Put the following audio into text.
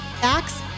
Facts